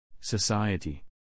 Society